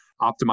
optimize